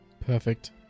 Perfect